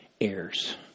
heirs